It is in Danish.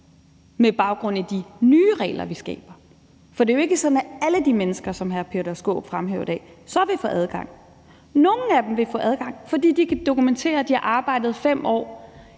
med baggrund i de nye regler, vi skaber. For det er jo ikke sådan, at alle de mennesker, som hr. Peter Skaarup fremhæver i dag, så vil få adgang. Nogle af dem vil få adgang, fordi de kan dokumentere, at de har arbejdet 5 år